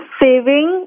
saving